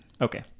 Okay